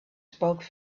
spoke